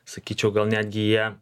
sakyčiau gal netgi jie